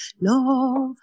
love